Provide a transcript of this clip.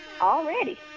Already